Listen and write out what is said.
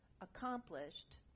accomplished